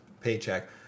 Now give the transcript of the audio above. paycheck